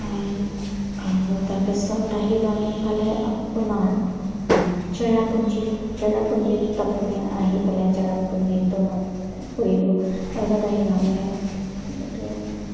আৰু তাৰপিছত আহিলোঁ আমি ইফালে আপোনাৰ চেৰাপুঞ্জীত চেৰাপুঞ্জীত আপুনি আহি পেলাই চেৰাপুঞ্জীত ফুৰিলোঁ তাৰপিছত আহিলোঁ আমি এইটো